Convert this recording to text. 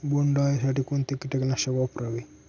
बोंडअळी साठी कोणते किटकनाशक वापरावे?